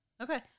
Okay